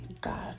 God